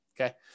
okay